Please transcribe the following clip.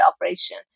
operation